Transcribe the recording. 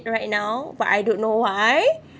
right now but I don't know why